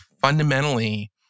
fundamentally